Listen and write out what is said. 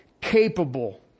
capable